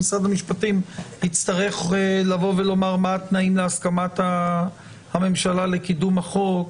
משרד המשפטים יצטרך לבוא ולומר מהם התנאים להסכמת הממשלה לקידום החוק.